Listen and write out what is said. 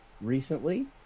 Recently